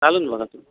घालून बघा तुम्ही